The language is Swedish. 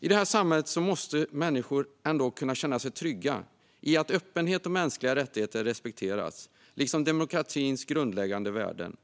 I detta samhälle måste människor kunna känna sig trygga i att öppenhet och mänskliga rättigheter respekteras, liksom demokratins grundläggande värden.